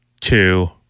two